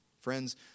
Friends